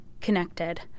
connected